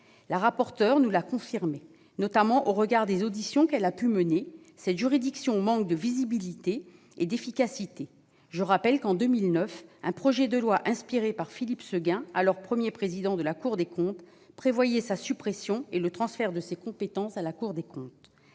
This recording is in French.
La rapporteur nous l'a confirmé, à la suite des auditions qu'elle a pu mener : cette juridiction manque de visibilité et d'efficacité. Je rappelle qu'en 2009 un projet de loi inspiré par Philippe Séguin, alors Premier président de la Cour des comptes, prévoyait la suppression de la CDBF et le transfert de ses compétences à la Cour. Un point